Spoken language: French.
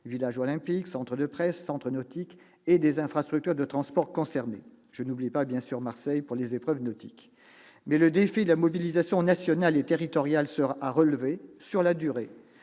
village olympique, centre de presse, centre nautique -et des infrastructures de transport concernées- bien sûr, je n'oublie pas Marseille pour les épreuves nautiques ! Toutefois, le défi de la mobilisation nationale et territoriale sera à relever, sur la durée.